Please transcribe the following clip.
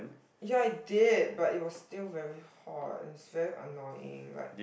ya I did but it was still very hot it's very annoying like